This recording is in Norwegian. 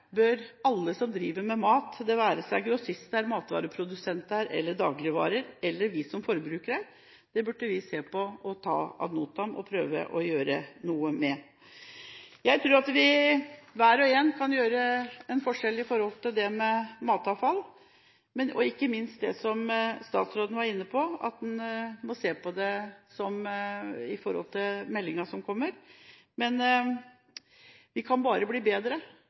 bør alle som driver med mat – det være seg grossister, matvareprodusenter, dagligvarehandelen eller vi som forbrukere – se på og ta ad notam og prøve å gjøre noe med. Jeg tror at vi hver og en kan gjøre en forskjell når det gjelder dette med matavfall, og ikke minst, som statsråden var inne på, se på dette i forbindelse med meldingen som kommer. Vi kan bare bli bedre,